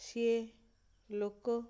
ସିଏ ଲୋକ